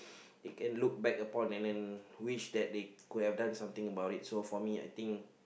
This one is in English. they can look back upon and then wish that they could have done something about it